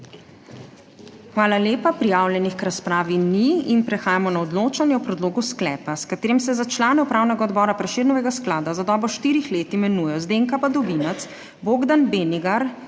Hvala lepa. Prijavljenih k razpravi ni. Prehajamo na odločanje o predlogu sklepa, s katerim se za člane Upravnega odbora Prešernovega sklada za dobo štirih let imenuje Zdenka Badovinac, Bogdan Benigar,